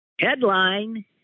Headline